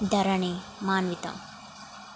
Dharani Manvitha